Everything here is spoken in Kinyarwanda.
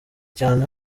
cyane